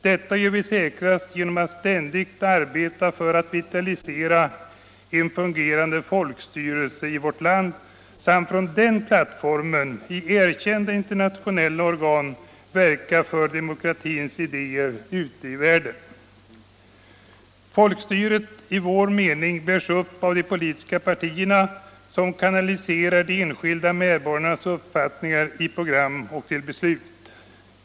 Detta gör vi säkrast genom att ständigt arbeta för att vitalisera en fungerande folkstyrelse i vårt land samt från den plattformen i erkända internationella organ verka för demokratins idéer ute i världen. Folkstyret i vår mening bärs upp av de politiska partierna som kanaliserar de enskilda medborgarnas uppfattningar i program och beslut.